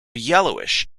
yellowish